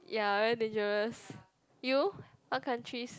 ya very dangerous you what countries